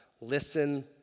Listen